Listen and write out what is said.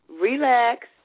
relax